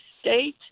state